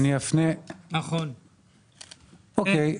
אוקיי.